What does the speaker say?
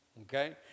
Okay